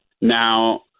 Now